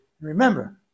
remember